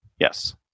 yes